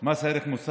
מס ערך מוסף,